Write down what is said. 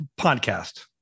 podcast